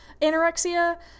anorexia